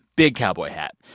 big cowboy hat.